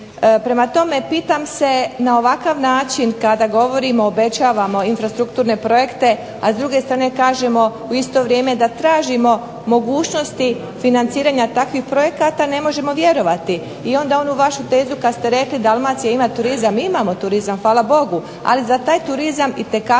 Prema tome pitam se na ovakav način kada govorimo, obećavamo infrastrukturne projekte, a s druge strane kažemo u isto vrijeme da tražimo mogućnosti financiranja takvih projekata ne možemo vjerovati. I Onda vašu onu tezu kada ste rekli Dalmacija ima turizam, imamo turizam hvala Bogu ali za taj turizam itekako